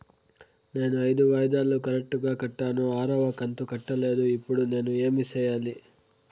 నేను ఐదు వాయిదాలు కరెక్టు గా కట్టాను, ఆరవ కంతు కట్టలేదు, ఇప్పుడు నేను ఏమి సెయ్యాలి?